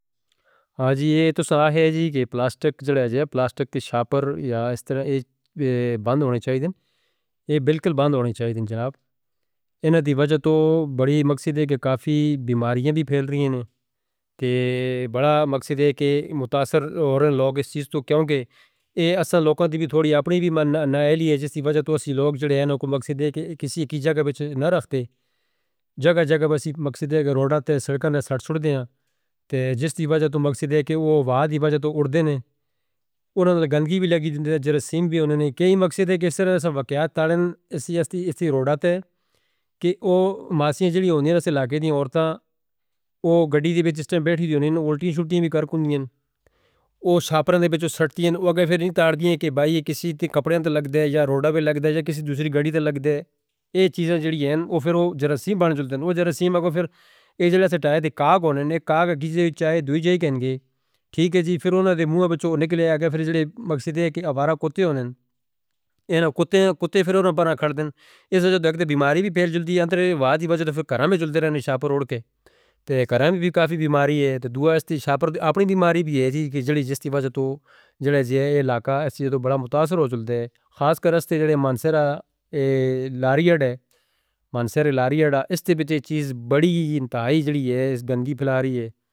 ہاں جی یہ تو ساہ ہے جی کہ پلاسٹک جو ہے پلاسٹک کے شاپر یا اس طرح بند ہونے چاہید ہیں یہ بالکل بند ہونے چاہید ہیں جناب انہاں دی وجہ تو بڑی مقصد ہے کہ کافی بیماریاں بھی پھیل رہی ہیں انوں تے بڑا مقصد ہے کہ متاثر ہو رہے ہیں لوگ اس چیز تو کیونکہ یہ اساں لوکاں دی بھی تھوڑی اپنی بھی نائل ہے۔ جیسے سی وجہ تو اسیں لوگ جڑے ہیں انہوں کو مقصد ہے کہ کسی ایک جگہ کے بچے نہ رکھتے، جگہ جگہ بس مقصد ہے کہ روڈہ تے سڑکاں نے سٹ سٹ دے ہیں جس دی وجہ تو مقصد ہے کہ وہ واہ دی وجہ تو اڑدے ہیں۔ انہوں نے گندگی بھی لگ دیندے ہیں، جراثیم بھی انہوں نے کئی مقصد ہے کہ اس طرح سے واقعات تارن ہیں۔ اس علاقے دی عورتاں وہ گڑی دی بچے جس ٹائم بیٹھی دی انہوں نے الٹی چھوٹی بھی کر کنی ہیں، وہ شاپر اندے بچے سٹ دی ہیں۔ وہ کہہ پھر نہیں تارن دی ہیں کہ بھائی کسی دی کپڑوں تو لگ دے یا روڈہ بھی لگ دے یا کسی دوسری گڑی تو لگ دے۔ یہ چیزیں جڑی ہیں وہ پھر وہ جراثیم بن جالدے ہیں، وہ جراثیم ہو پھر یہ جڑے سے ٹائے دے کاگ ہونے ہیں۔ کاگ اگلی جگہ چائے دو ہی جائی کہنے گے ٹھیک ہے جی پھر انہوں نے موہ بچو نکلیا گیا۔ پھر جڑے مقصد ہے کہ آوارہ کتے ہونے ہیں، کتے پھر انہوں نے بڑا کھڑ دیں اس وجہ تو بگر بیماری بھی پھیل جالدی ہے۔ اندر واہ دی وجہ تو پھر کرام میں جال دے رہنے شاپر اوڑ کے، کرام میں بھی کافی بیماری ہے۔ دعا ہے اس دی شاپر اپنی بیماری بھی ہے جی کہ جستی وجہ تو جڑے جیہے علاقہ اس جیتوں بڑا متاثر ہو جال دے خاص کر اس جڑے منسرہ لاریار ہے۔ منسرہ لاریارہ اس دے بچے چیز بڑی انتہائی جڑی ہے اس گندگی پھیلا رہی ہے.